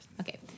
Okay